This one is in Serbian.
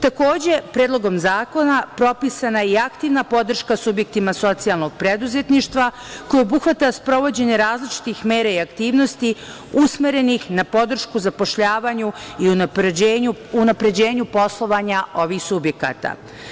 Takođe, Predlogom zakona propisana je i aktivna podrška subjektima socijalnog preduzetništva koja obuhvata sprovođenje različitih mera i aktivnosti usmerenih na podršku zapošljavanju i unapređenju poslovanja ovih subjekata.